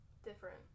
Different